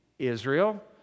Israel